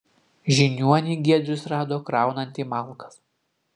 žiniuonį giedrius rado kraunantį malkas